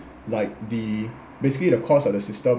like the basically the cost of the system